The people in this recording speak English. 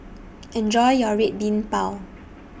Enjoy your Red Bean Bao